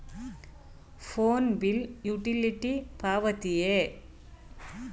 Phone bill utility ಪಾವತಿಯೇ?